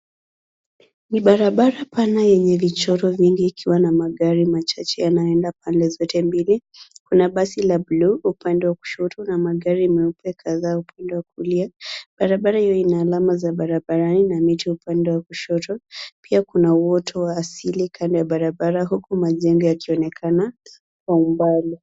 Ni barabara pana yenye vichoro vingi ikiwa na magari machache yanayoenda pande zote mbili. Kuna basi la buluu upande wa kushoto na magari meupe kadhaa upande wa kulia. Barabara hio ina alama za barabarani na miti upande wa kushoto. Pia kuna uoto wa asili kando ya barabara huku majengo yakionekana kwa umbali.